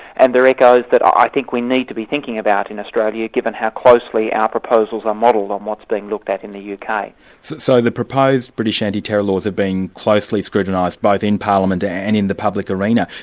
and they're echoes that i think we need to be thinking about in australia, given how closely our proposals are modelled on what's being looked at in the yeah uk. so the proposed british anti-terror laws are being closely scrutinised both in parliament and in the public arena,